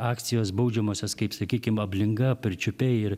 akcijos baudžiamosios kaip sakykim ablinga pirčiupiai ir